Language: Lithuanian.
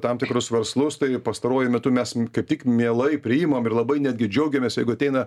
tam tikrus verslus tai pastaruoju metu mes kaip tik mielai priimam ir labai netgi džiaugiamės jeigu ateina